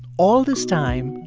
all this time,